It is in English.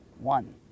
One